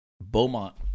Beaumont